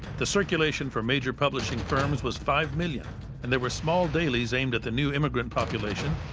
the circulation for major publishing firms was five million and there were small dailies aimed at the new immigrant population.